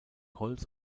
holz